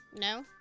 No